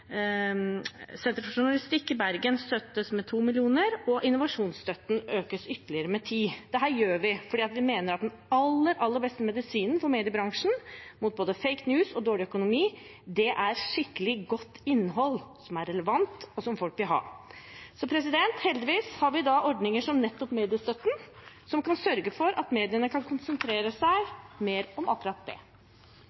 journalistikk i Bergen støttes med 2 mill. kr, og at innovasjonsstøtten økes ytterligere med 10 mill. kr. Dette gjør vi fordi vi mener at den aller beste medisinen for mediebransjen mot både «fake news» og dårlig økonomi er skikkelig godt innhold som er relevant, og som folk vil ha. Heldigvis har vi ordninger som nettopp mediestøtten, som kan sørge for at mediene kan konsentrere seg